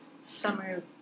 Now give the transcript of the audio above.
summer